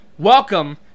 Welcome